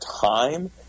time